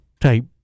type